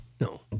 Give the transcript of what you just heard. No